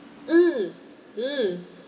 mm mm